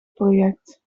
project